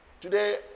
Today